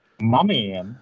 Mummy